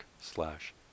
slash